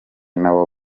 nabo